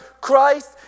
Christ